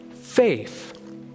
faith